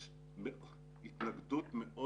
יש התנגדות מאוד